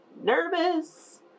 nervous